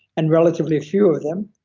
and relatively few of them.